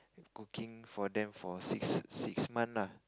cooking for them for six six month ah